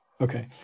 Okay